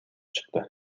чыкты